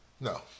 no